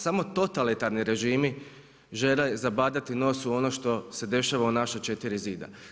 Samo totalitarni režimi žele zabadati nos u ono što se dešava u naša četiri zida.